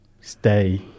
stay